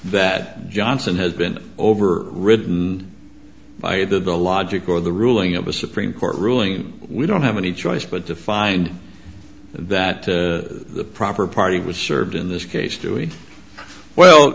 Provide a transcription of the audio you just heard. that johnson has been overridden by either the logic or the ruling of a supreme court ruling we don't have any choice but to find that the proper party was served in this case doing well